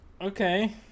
Okay